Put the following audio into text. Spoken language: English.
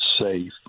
safe